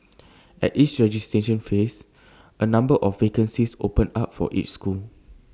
at each registration phase A number of vacancies open up for each school